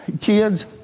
Kids